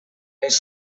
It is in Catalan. els